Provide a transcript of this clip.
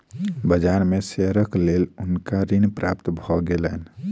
बाजार में शेयरक लेल हुनका ऋण प्राप्त भ गेलैन